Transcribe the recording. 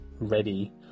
ready